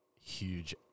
huge